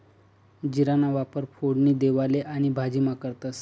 जीराना वापर फोडणी देवाले आणि भाजीमा करतंस